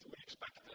we expect